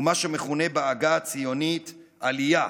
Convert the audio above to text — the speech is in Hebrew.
ומה שמכונה בעגה הציונית "עלייה"